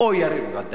או יריב לוין.